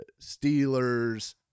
Steelers